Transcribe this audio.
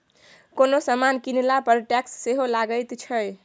कोनो समान कीनला पर टैक्स सेहो लगैत छै